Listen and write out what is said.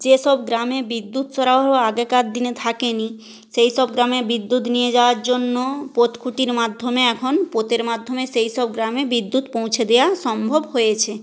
যেসব গ্রামে বিদ্যুৎ সরাহ আগেকার দিনে থাকেনি সেই সব গ্রামে বিদ্যুৎ নিয়ে যাওয়ার জন্য পথ খুঁটির মাধ্যমে এখন পথের মাধ্যমে সেই সব গ্রামে বিদ্যুৎ পৌঁছে দেওয়া সম্ভব হয়েছে